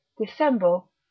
Dissemble